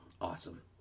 Awesome